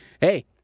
hey